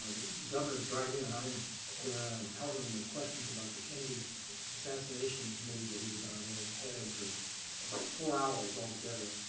governor's driving, and i'm there. and i'm pelting and with questions about the kennedy assassination committee that he was on. and i had had him for about four hours all together.